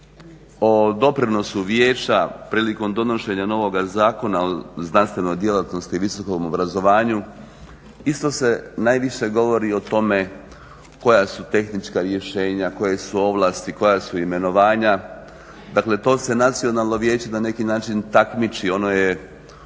o doprinosu vijeća prilikom donošenja novoga Zakona o znanstvenoj djelatnosti i visokom obrazovanju, isto se najviše govori o tome koja su tehnička rješenja, koje su ovlasti, koja su imenovanja, dakle to se Nacionalno vijeće na neki način takmiči, ono je